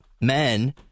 men